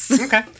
Okay